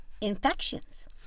Infections